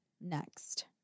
next